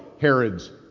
Herod's